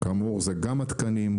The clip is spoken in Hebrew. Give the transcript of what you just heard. כאמור אלו גם התקנים,